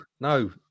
no